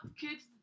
kids